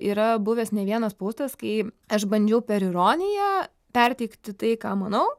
yra buvęs ne vienas postas kai aš bandžiau per ironiją perteikti tai ką manau